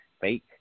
fake